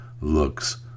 looks